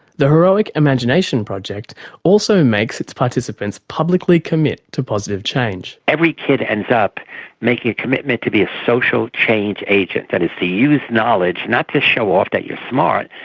the heroic imagination project also makes its participants publicly commit to positive change. every kid ends up making a commitment to be a social change agent, that is to use knowledge not to show off that you're smart,